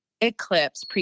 eclipse